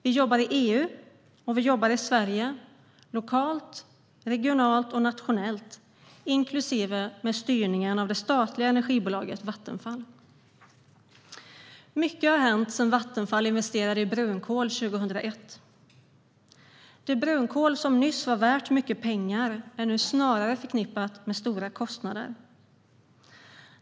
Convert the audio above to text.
Vi jobbar i EU, och vi jobbar i Sverige, lokalt, regionalt och nationellt, inklusive med styrningen av det statliga energibolaget Vattenfall. Mycket har hänt sedan Vattenfall investerade i brunkol 2001. Det brunkol som nyss var värt mycket pengar är nu snarare förknippat med stora kostnader.